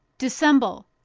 dissemble,